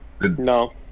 No